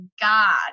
god